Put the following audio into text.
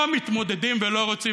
אנשים שבאופיים לא מתמודדים ולא רוצים